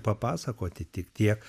papasakoti tik tiek